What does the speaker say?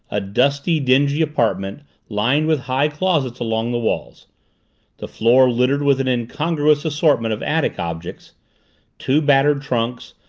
a dusty, dingy apartment lined with high closets along the walls the floor littered with an incongruous assortment of attic objects two battered trunks,